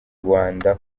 rwanda